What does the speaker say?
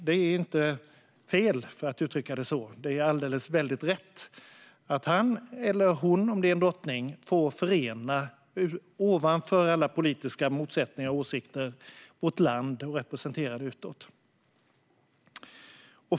Det är inte fel, för att uttrycka det så, utan det är väldigt rätt att han, eller hon om det är en drottning, får förena vårt land ovanför alla politiska motsättningar och åsikter och representera det utåt.